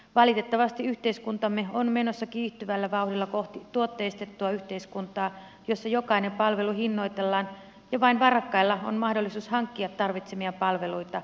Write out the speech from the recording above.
valitettavasti yhteiskuntamme on menossa kiihtyvällä vauhdilla kohti tuotteistettua yhteiskuntaa jossa jokainen palvelu hinnoitellaan ja vain varakkailla on mahdollisuus hankkia tarvitsemiaan palveluita